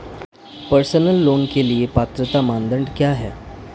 Personal loan के लिए पात्रता मानदंड क्या हैं?